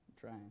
trying